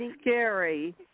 scary